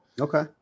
okay